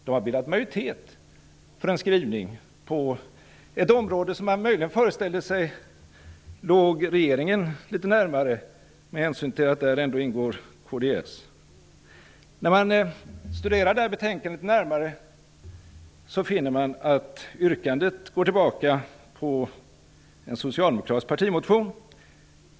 De har bildat en majoritet för en skrivning på ett område som man möjligen kunde föreställa sig låg regeringen litet närmare med hänsyn till att kds ingår i regeringen. När man studerar betänkandet litet närmare finner man att framställda yrkande går tillbaka till en socialdemokratisk partimotion.